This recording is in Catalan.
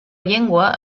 llengua